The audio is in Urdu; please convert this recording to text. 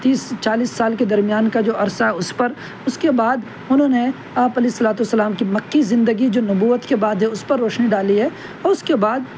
تیس چالیس سال کے درمیان کا جو عرصہ ہے اس پر اس کے بعد انہوں نے آپ علیہ الصلاۃ والسلام کی مکی زندگی جو نبوت کے بعد ہے اس پر روشنی ڈالی ہے اور اس کے بعد